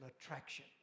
attraction